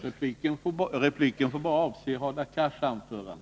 Repliken får bara avse Hadar Cars anförande.